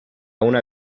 una